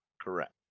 correct